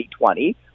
2020